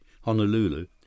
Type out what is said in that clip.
Honolulu